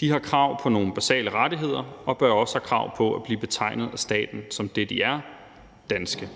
De har krav på nogle basale rettigheder og bør også have krav på at blive betegnet af staten som det, de er – danske.